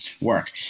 work